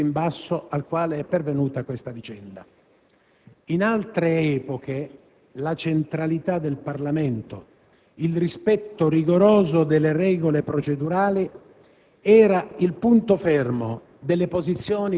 ma è la constatazione del punto in basso al quale è pervenuta questa vicenda. In altre epoche la centralità del Parlamento, il rispetto rigoroso delle regole procedurali